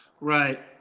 Right